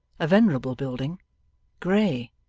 a venerable building grey,